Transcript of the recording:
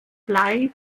blei